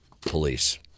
police